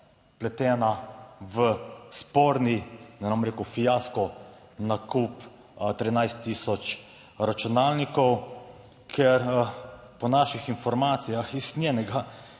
vpletena v sporni, da ne bom rekel fiasko nakup 13000 računalnikov, ker po naših informacijah iz njenega